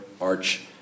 arch